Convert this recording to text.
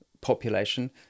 population